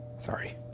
Sorry